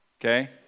okay